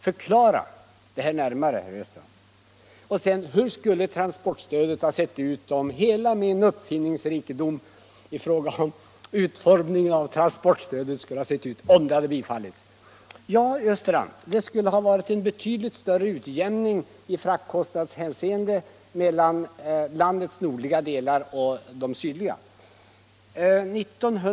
Förklara det här närmare, herr Östrand! Hur skulle transportstödet ha sett ut, om alla mina motioner hade bifallits och hela min uppfinningsrikedom när det gäller utformningen av transportstödet hade utnyttjats, undrade herr Östrand. Ja, det skulle ha varit en betydligt större utjämning i fraktkostnadshänseende mellan landets nordliga delar och de sydliga delarna.